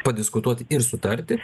padiskutuoti ir sutarti